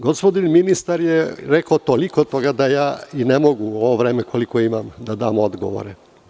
Gospodin ministar je rekao toliko toga da ja ne mogu i ovo vreme koje imam, da dam sve odgovore.